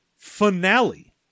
finale